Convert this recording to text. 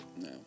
No